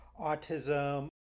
autism